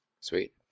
Sweet